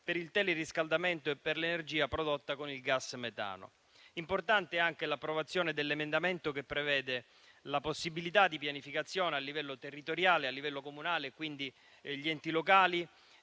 per il teleriscaldamento e per l'energia prodotta con il gas metano. Importante è anche l'approvazione dell'emendamento che prevede la possibilità di pianificazione a livello territoriale e comunale (quindi a livello degli